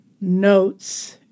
notes